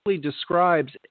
describes